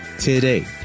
today